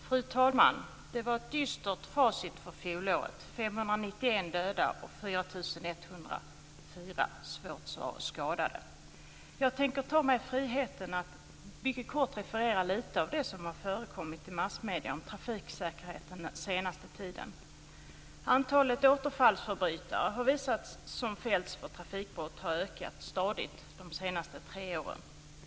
Fru talman! Det blev ett dystert facit för fjolåret: 591 döda och 4 104 svårt skadade. Jag tänker ta mig friheten att mycket kort referera lite av det som har förekommit i massmedierna om trafiksäkerheten den senaste tiden. Antalet återfallsförbrytare bland dem som fälls för trafikbrott har ökat stadigt de senaste tre åren.